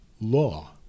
law